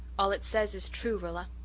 all it says is true, rilla.